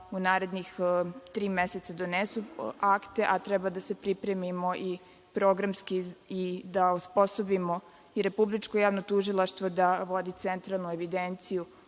u narednih tri meseca donesu akte, a treba da se pripremimo i programski i da osposobimo i Republičko javno tužilaštvo da vodi centralnu evidenciju